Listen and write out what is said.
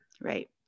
Right